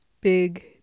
Big